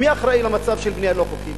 מי אחראי למצב של הבנייה הלא-חוקית?